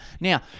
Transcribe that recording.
Now